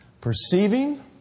perceiving